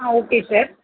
ah okay sir